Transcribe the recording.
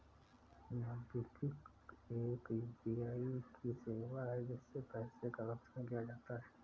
MobiKwik एक UPI की सेवा है, जिससे पैसे का भुगतान किया जाता है